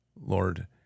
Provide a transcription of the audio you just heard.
Lord